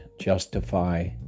justify